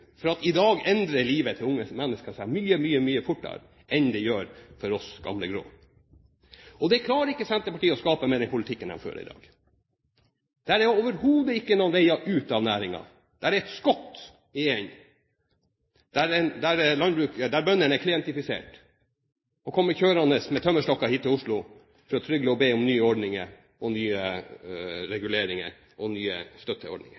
stund, for i dag endrer livet til unge mennesker seg mye fortere enn det gjør for oss gamle, grå. Dette klarer ikke Senterpartiet å skape med den politikken de fører i dag. Det er overhodet ingen veier ut av næringen. Det er et skott i enden der bøndene er klientifisert og kommer kjørende med tømmerstokker hit til Oslo for å trygle og be om nye ordninger, nye reguleringer og nye støtteordninger.